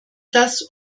das